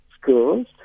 schools